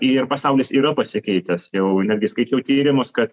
ir pasaulis yra pasikeitęs jau netgi skaičiau tyrimus kad